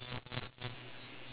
oh lagi one minute ah